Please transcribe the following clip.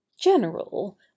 General